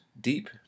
deep